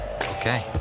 okay